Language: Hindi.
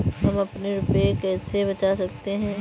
हम अपने रुपये कैसे बचा सकते हैं?